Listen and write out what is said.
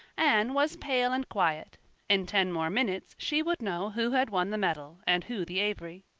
anne was pale and quiet in ten more minutes she would know who had won the medal and who the avery.